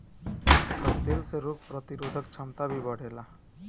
एकर तेल से रोग प्रतिरोधक क्षमता भी बढ़ेला